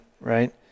right